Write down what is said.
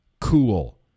Cool